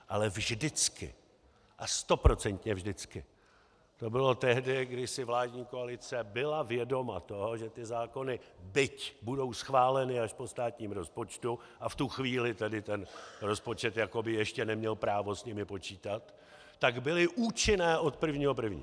Ale vždycky, a stoprocentně vždycky, to bylo tehdy, když si vládní koalice byla vědoma toho, že ty zákony, byť budou schváleny až po státním rozpočtu, a v tu chvíli tedy ten rozpočet jakoby ještě neměl právo s nimi počítat, tak byly účinné od 1. 1.